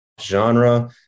genre